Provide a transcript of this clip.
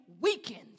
weakened